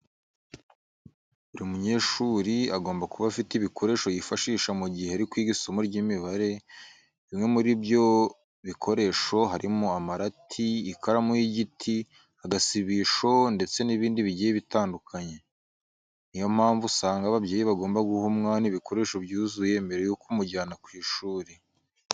Buri munyeshuri agomba kuba afite ibikoresho yifashisha mu gihe ari kwiga isomo ry'imibare, bimwe muri ibyo bikoresho harimo amarati, ikaramu y'igiti, agasibisho ndetse n'ibindi bigiye bitandukanye. Ni iyo mpamvu usanga ababyeyi bagomba guha umwana ibikoresho byuzuye mbere yo kumujyana ku ishuri.